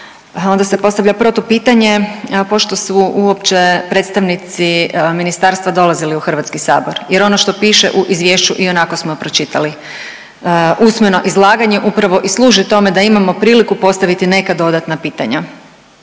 onda se postavlja protupitanje pošto su uopće predstavnici ministarstva dolazili u HS jer ono što piše u izvješću ionako smo pročitali. Usmeno izlaganje upravo i služi tome da imamo priliku postaviti neka dodatna pitanja.